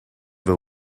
will